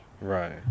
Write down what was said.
right